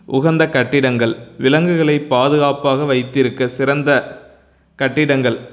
உகந்த கட்டிடங்கள் விலங்குகளை பாதுகாப்பாக வைத்திருக்க சிறந்த கட்டிடங்கள்